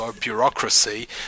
bureaucracy